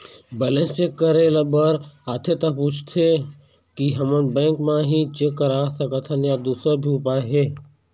Balance check करे बर आथे ता पूछथें की हमन बैंक मा ही चेक करा सकथन या दुसर भी उपाय हे?